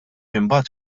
imbagħad